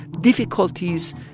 difficulties